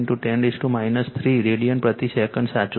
5 10 3 radian પ્રતિ second સાચું છે